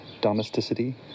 domesticity